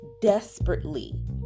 desperately